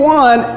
one